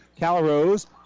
Calrose